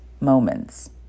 moments